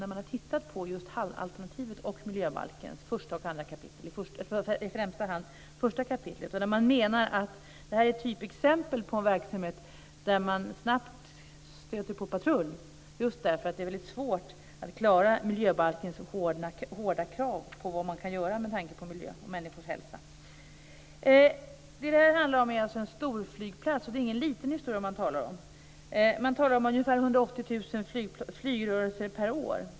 De har tittat på Hallalternativet och miljöbalkens första och andra kapitel, och i första hand första kapitlet. Det här är ett typexempel på en verksamhet där man snabbt stöter på patrull, eftersom det är väldigt svårt att klara miljöbalkens hårda krav med tanke på miljön och människors hälsa. Det här handlar alltså om en storflygplats, så det är ingen liten historia. Man talar om ca 180 000 flygrörelser per år.